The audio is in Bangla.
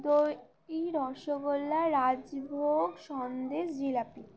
দই রসগোল্লা রাজভোগ সন্দেশ জিলাপি